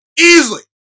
Easily